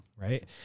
right